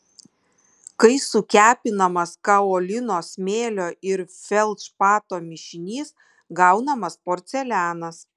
kai sukepinamas kaolino smėlio ir feldšpato mišinys gaunamas porcelianas